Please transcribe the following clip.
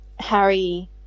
Harry